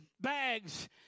bags